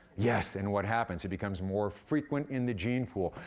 yes, and what happens? it becomes more frequent in the gene pool.